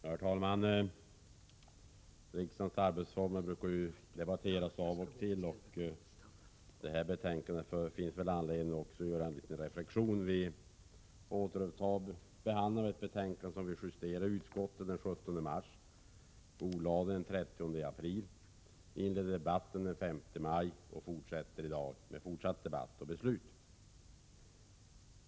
Herr talman! Riksdagens arbetsformer brukar debatteras av och till. Det finns väl också anledning att göra en liten reflektion över detta betänkande. Vi återupptar behandlingen av ett betänkande, som vi justerade i utskottet den 17 mars. Vi bordlade det den 30 april och inledde debatten den 5 maj. I dag är det dags för fortsatt debatt och beslut.